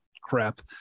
crap